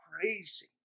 crazy